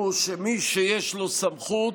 הוא שמי שיש לו סמכות,